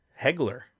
Hegler